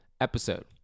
episode